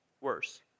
worse